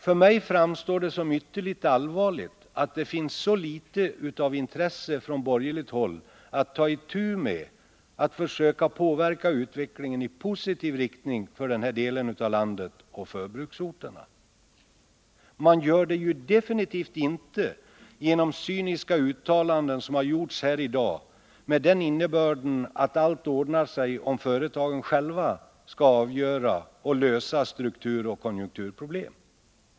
För mig framstår det som ytterligt allvarligt att det finns så lite: av intresse från borgerligt håll för att ta itu med att försöka påverka utvecklingen i positiv riktning för denna del av landet och för bruksorterna. Man gör det definitivt inte genom cyniska uttalanden som gjorts här i dag med den innebörden att allt ordnar sig om företagen själva får avgöra och lösa strukturoch konjunkturproblem.